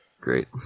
Great